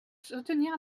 soutenir